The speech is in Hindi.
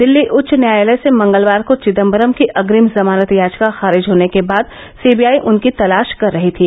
दिल्ली उच्च न्यायालय से मंगलवार को चिदंबरम की अग्रिम जमानत याचिका खारिज होने के बाद सीबीआई उनकी तलाश कर रही थी